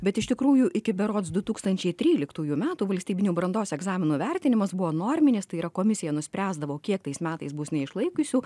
bet iš tikrųjų iki berods du tūkstančiai tryliktųjų metų valstybinių brandos egzaminų vertinimas buvo norminis tai yra komisija nuspręsdavo kiek tais metais bus neišlaikiusių